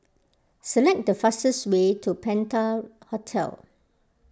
select the fastest way to Penta Hotel